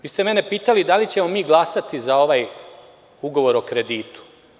Vi ste mene pitali da li ćemo mi glasati za ovaj ugovor o kreditu.